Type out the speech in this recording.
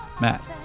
Matt